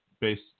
based